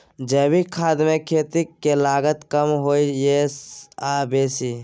जैविक खाद मे खेती के लागत कम होय ये आ बेसी?